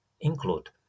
Include